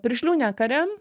piršlių nekariam